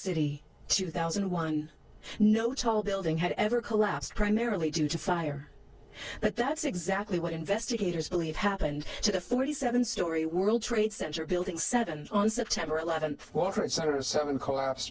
city two thousand and one no tall building had ever collapsed primarily due to fire but that's exactly what investigators believe happened to the forty seven story world trade center building seven on september eleventh water instead of seven collapsed